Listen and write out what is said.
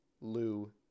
Lou